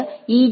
இந்த ஈ